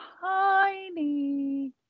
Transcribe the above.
tiny